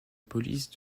police